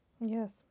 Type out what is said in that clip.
Yes